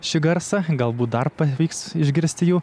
šį garsą galbūt dar pavyks išgirsti jų